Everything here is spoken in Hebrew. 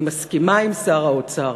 אני מסכימה עם שר האוצר.